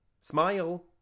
Smile